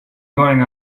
going